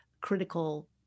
critical